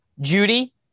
Judy